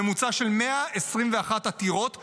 ממוצע של 121 עתירות בשנה,